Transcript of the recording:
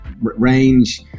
range